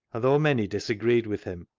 though many dis agreed with him,